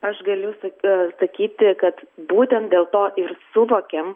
aš galiu sa sakyti kad būtent dėl to ir suvokiam